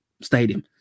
stadium